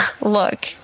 Look